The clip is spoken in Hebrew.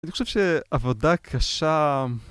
אני חושב שעבודה קשה...